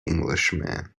englishman